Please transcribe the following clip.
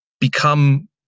become